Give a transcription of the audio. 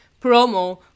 promo